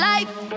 Life